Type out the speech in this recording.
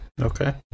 Okay